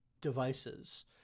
devices